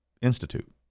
Institute